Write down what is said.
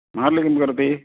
मार्लि किं करोति